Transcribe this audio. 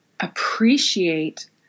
appreciate